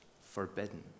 forbidden